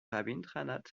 rabindranath